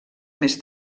més